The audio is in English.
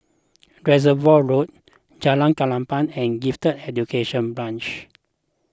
Reservoir Road Jalan Klapa and Gifted Education Branch